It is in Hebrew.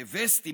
וסטי,